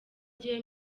rye